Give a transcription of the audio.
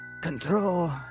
control